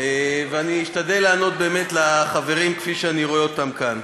ואני אשתדל לענות לחברים כפי שאני רואה אותם כאן.